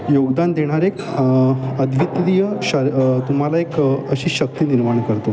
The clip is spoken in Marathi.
योगदान देणारे अद्वितय श तुम्हाला एक अशी शक्ती निर्माण करतो